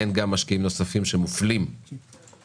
בוקר טוב, אני מתכבד לפתוח את הישיבה.